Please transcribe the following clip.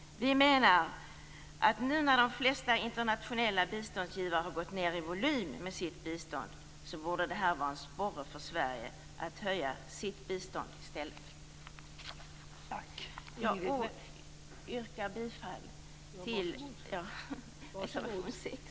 Vi menar att nu när de flesta internationella biståndsgivare har minskat volymen på sitt bistånd borde det vara en sporre för Sverige att höja sitt bistånd i stället. Jag yrkar bifall till reservation 6.